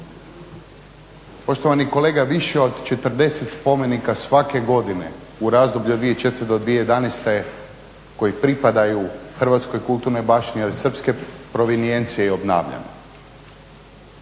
Poštovani kolega više od 40 spomenika svake godine u razdoblju od 2004. do 2011. koji pripadaju Hrvatskoj kulturnoj baštini, ali srpske … je obnavljano.